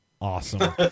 Awesome